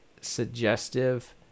suggestive